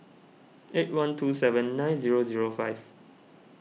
eight one two seven nine zero zero five